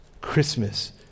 Christmas